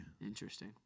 Interesting